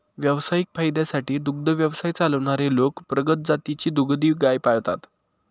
व्यावसायिक फायद्यासाठी दुग्ध व्यवसाय चालवणारे लोक प्रगत जातीची दुभती गाय पाळतात